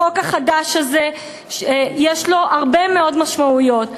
החוק החדש הזה יש לו הרבה מאוד משמעויות.